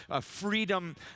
freedom